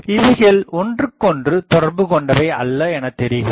இவைகள் ஒன்றுக்கு ஒன்றுக்கு தொடர்புகொண்டவை அல்ல எனதெரிகிறது